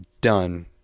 done